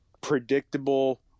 predictable